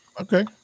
okay